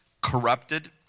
corrupted